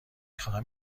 خواهم